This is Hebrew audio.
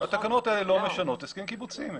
התקנות האלה לא משנות הסכמים קיבוציים,